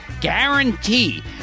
guarantee